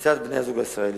מצד בן-הזוג הישראלי,